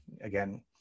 again